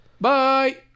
Bye